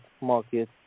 market